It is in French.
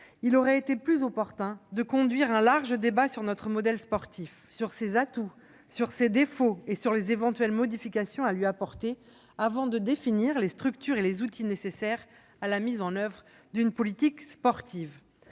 Il aurait été plus opportun de conduire un large débat sur notre modèle sportif, sur ses atouts, sur ses défauts et sur les éventuelles modifications à lui apporter, avant de définir les structures et les outils nécessaires à la mise en oeuvre d'une politique sportive.